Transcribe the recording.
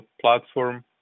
platform